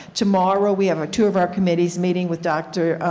tomorrow we have two of our committees meeting with dr.